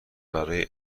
برای